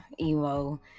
emo